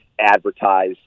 advertise